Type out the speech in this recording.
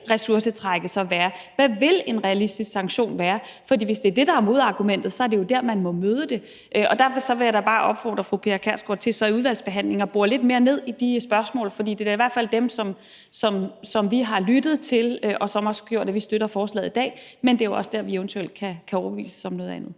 hvad ressourcetrækket så vil være, hvad en realistisk sanktion så vil være. For hvis det er det, der er modargumentet, er det jo der, man må møde det. Derfor vil jeg da bare opfordre fru Pia Kjærsgaard til i udvalgsbehandlingen at bore lidt mere ned i de spørgsmål, fordi det i hvert fald er dem, som vi har lyttet til, og som også har gjort, at vi støtter forslaget i dag, men det er jo også der, vi eventuelt kan overbevises om noget andet.